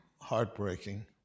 heartbreaking